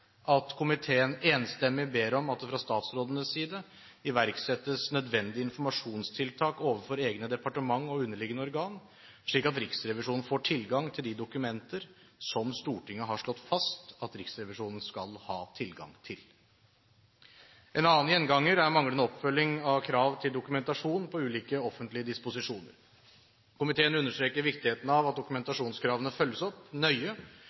at komiteen enstemmig ber om at det fra statsrådenes side iverksettes nødvendige informasjonstiltak overfor egne departement og underliggende organ, slik at Riksrevisjonen får tilgang til de dokumenter som Stortinget har slått fast at Riksrevisjonen skal ha tilgang til. En annen gjenganger er manglende oppfølging av krav til dokumentasjon av ulike offentlige disposisjoner. Komiteen understreker viktigheten av at dokumentasjonskravene følges opp nøye,